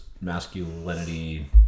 masculinity